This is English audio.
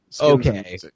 Okay